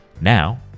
now